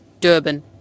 Durban